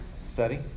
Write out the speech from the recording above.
study